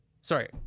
sorry